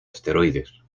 asteroides